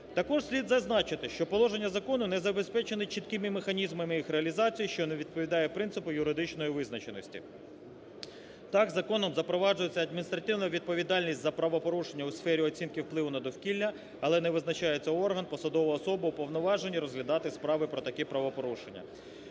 Також слід зазначити, що положення закону не забезпечений чіткими механізмами їх реалізації, що не відповідає принципу юридичної визначеності. Так законом запроваджується адміністративна відповідальність за правопорушення у сфері оцінки впливу на довкілля, але не визначається орган, посадова особа, уповноважені розглядати справи про таке правопорушення.